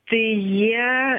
tai jie